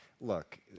look